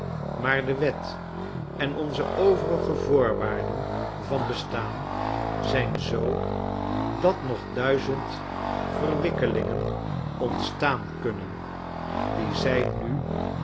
maar de wet en onze overige voorwaarden van bestaan zijn zoo dat nog duizend verwikkelingen ontstaan kunnen die zij nu